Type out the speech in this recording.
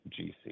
GC